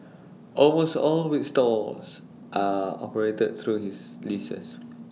almost all its stores are operated through his leases